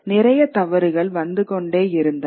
நிறைய தவறுகள் வந்து கொண்டே இருந்தன